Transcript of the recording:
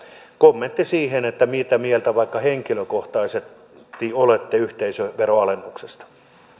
kommentti siihen mitä mieltä vaikka henkilökohtaisesti olette yhteisöveronalennuksesta